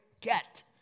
get